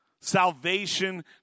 Salvation